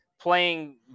playing